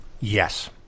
Yes